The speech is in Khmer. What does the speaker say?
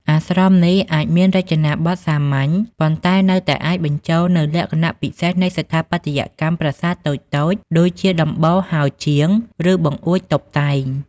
អាស្រមនេះអាចមានរចនាបថសាមញ្ញ ប៉ុន្តែនៅតែអាចបញ្ចូលនូវលក្ខណៈពិសេសនៃស្ថាបត្យកម្មប្រាសាទតូចៗ ដូចជាដំបូលហោជាង ឬបង្អួចតុបតែង។